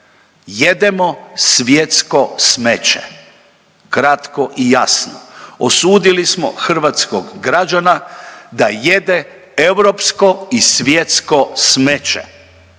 Jedemo svjetsko smeće. Kratko i jasno. Osudili smo hrvatskog građana da jede europsko i svjetsko smeće.